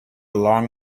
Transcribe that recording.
long